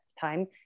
time